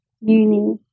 uni